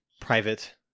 private